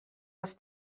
les